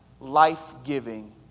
life-giving